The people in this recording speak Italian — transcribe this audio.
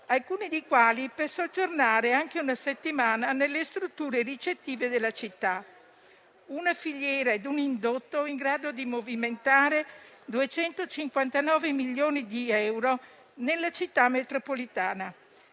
alcuni dei quali per soggiornare anche una settimana nelle strutture ricettive della città. Si tratta di una filiera e di un indotto in grado di movimentare 259 milioni di euro nella Città metropolitana,